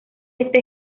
este